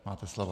Máte slovo.